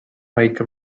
make